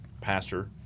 pastor